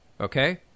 Okay